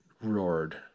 roared